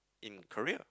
in career